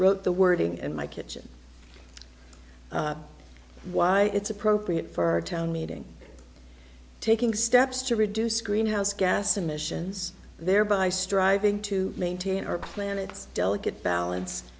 wrote the wording in my kitchen why it's appropriate for a town meeting taking steps to reduce greenhouse gas emissions thereby striving to maintain our planet's delicate balance